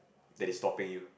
there's stopping you